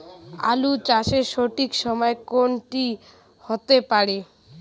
আলু চাষের সঠিক সময় কোন টি হতে পারে?